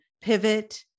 pivot